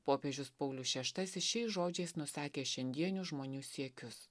popiežius paulius šeštasis šiais žodžiais nusakė šiandienių žmonių siekius